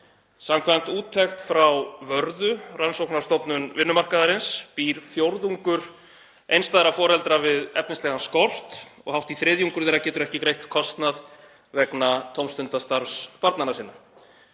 Samkvæmt úttekt frá Vörðu – rannsóknastofnun vinnumarkaðarins býr fjórðungur einstæðra foreldra við efnislegan skort og hátt í þriðjungur þeirra getur ekki greitt kostnað vegna tómstundastarfs barna sinna.